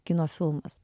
kino filmas